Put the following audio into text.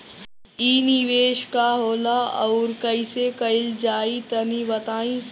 इ निवेस का होला अउर कइसे कइल जाई तनि बताईं?